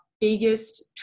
biggest